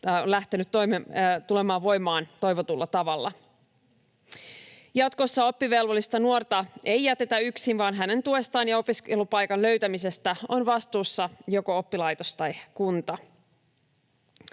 lähtenyt tulemaan voimaan toivotulla tavalla. Jatkossa oppivelvollista nuorta ei jätetä yksin, vaan hänen tuestaan ja opiskelupaikan löytämisestä on vastuussa joko oppilaitos tai kunta.